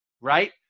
right